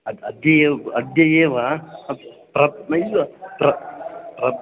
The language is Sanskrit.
अद्य अद्य एव अद्य एव प्र नैव प्र प्र